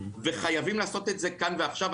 חייבים לעשות את זה כאן ועכשיו.